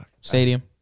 Stadium